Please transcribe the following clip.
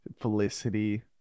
Felicity